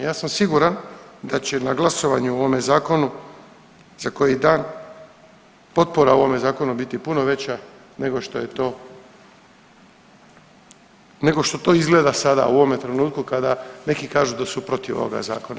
Ja sam siguran da će na glasovanju o ovome zakonu za koji dan potpora ovome zakonu biti puno veća nego što je to nego što to izgleda sada u ovome trenutku kada neki kažu da su protiv ovoga zakona.